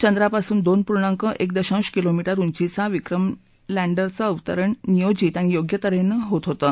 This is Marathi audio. चंद्रापासून दोन पूर्णांक एक दशांश किलोमीटर उंचीचा विक्रम लँडरचं अवतरण नियोजीत आणि योग्य त हेनं होत होतं